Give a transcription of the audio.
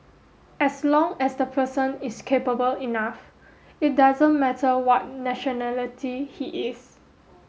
as long as the person is capable enough it doesn't matter what nationality he is